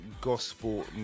gospel